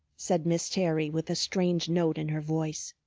said miss terry with a strange note in her voice.